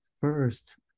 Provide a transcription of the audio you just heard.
first